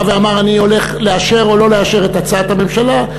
בא ואמר: אני הולך לאשר או לא לאשר את הצעת הממשלה,